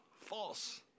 False